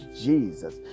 Jesus